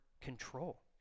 control